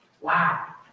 Wow